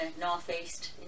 northeast